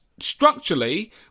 Structurally